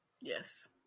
Yes